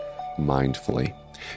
mindfully